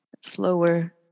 slower